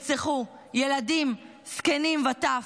ילדים, זקנים וטף,